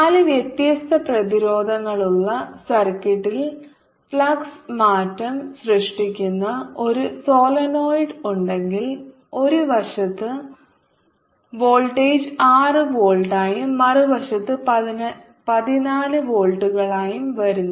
നാല് വ്യത്യസ്ത പ്രതിരോധങ്ങളുള്ള സർക്യൂട്ടിൽ ഫ്ലക്സ് മാറ്റം സൃഷ്ടിക്കുന്ന ഒരു സോളിനോയിഡ് ഉണ്ടെങ്കിൽ ഒരു വശത്ത് വോൾട്ടേജ് 6 വോൾട്ടായും മറുവശത്ത് 14 വോൾട്ടുകളായും വരുന്നു